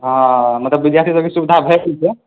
हँ मतलब विद्यार्थीसभकेँ सुविधा भेटैए